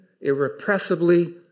irrepressibly